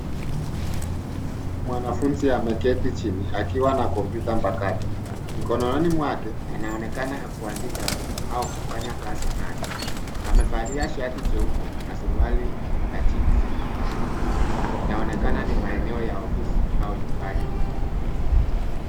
Huyu ni mwanafunzi ameketi chini akiwa na kompyuta mpakato. Mikononi mwake anaonekana kuandika au kufanya kazi nayo. Amevalia shati nyeupe na suruali ya jinsi ya buluu. Inaonekana ni maeneoa ya ofisi au nyumbani.